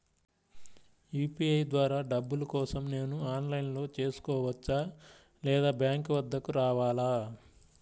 UPI ద్వారా డబ్బులు కోసం నేను ఆన్లైన్లో చేసుకోవచ్చా? లేదా బ్యాంక్ వద్దకు రావాలా?